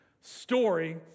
story